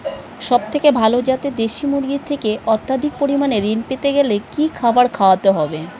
সবথেকে ভালো যাতে দেশি মুরগির থেকে অত্যাধিক পরিমাণে ঋণ পেতে গেলে কি খাবার খাওয়াতে হবে?